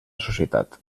societat